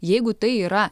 jeigu tai yra